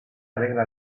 alegra